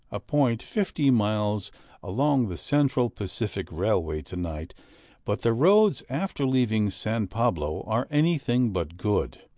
a point fifty miles along the central pacific railway, to-night but the roads after leaving san pablo are anything but good,